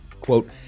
quote